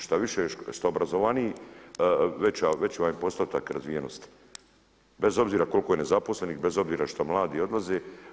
Štoviše što obrazovaniji veći vam je postotak razvijenosti bez obzira koliko je nezaposlenih, bez obzira što mladi odlaze.